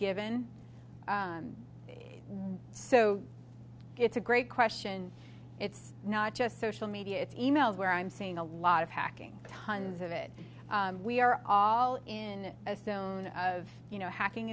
given so it's a great question it's not just social media it's e mails where i'm saying a lot of hacking tons of it we're all in a stone of you know hacking